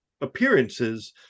appearances